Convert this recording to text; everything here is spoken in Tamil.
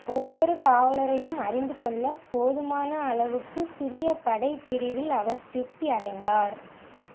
ஒவ்வொரு காவலரையும் அறிந்து கொள்ள போதுமான அளவுக்கு சிறிய படைப்பிரிவில் அவர் திருப்தி அடைந்தார்